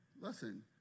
listen